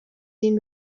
been